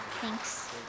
Thanks